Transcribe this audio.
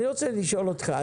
אני רוצה לשאול אותך.